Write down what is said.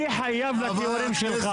מי חייב להסכים עם התיאורים שלך?